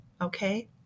Okay